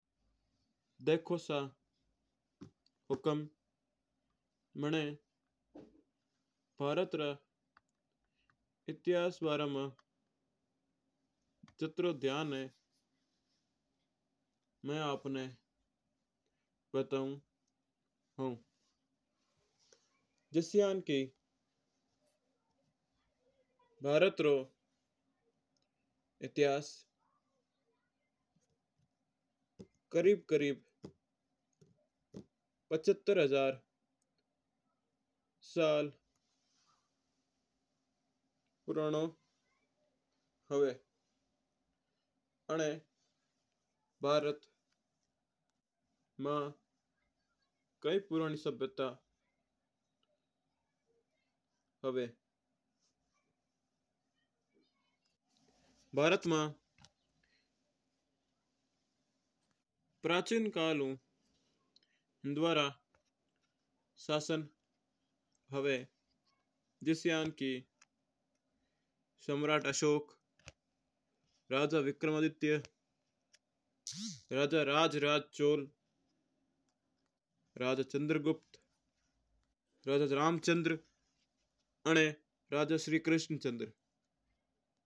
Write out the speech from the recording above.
देखो सा हुकम मना भारत रा इतिहास रे बारा मैं जितरो ध्यान है मैं आपणा बातू हूँ। जिस्यान की भारत रू इतिहास खैब खरिब पचहत्तर साल पुराना है अना भारत रा माई कै पुरानी सभ्यता है। भारत मैं प्राचीन काल हूल हिन्दू रा शासन हुवा है जिस्या की सम्राट अशोक राजा विक्रमादित्य राजा चंद्रगुप्त।